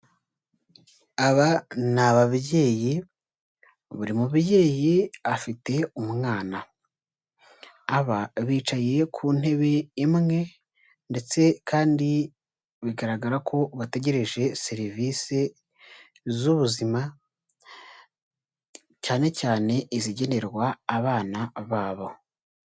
Aba ni ababyeyi, buri mubyeyi afite umwana, aba bicaye ku ntebe imwe ndetse kandi bigaragara ko bategereje serivise z'ubuzima, cyane cyane izigenerwa abana babo.